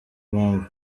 impamvu